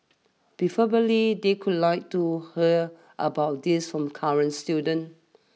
preferably they could like to hear about these from current students